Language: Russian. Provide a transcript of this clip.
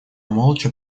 молча